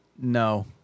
No